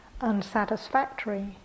unsatisfactory